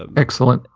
ah excellent.